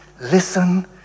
listen